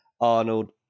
Arnold